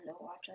watch